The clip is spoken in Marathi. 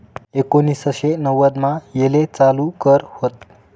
एकोनिससे नव्वदमा येले चालू कर व्हत